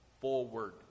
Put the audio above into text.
forward